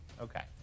Okay